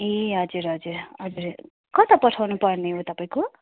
ए हजुर हजुर हजुर कता पठाउनुपर्ने हो तपाईँको